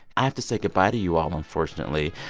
i have to say goodbye to you all, unfortunately.